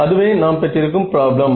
அதுவே நாம் பெற்றிருக்கும் பிராப்ளம்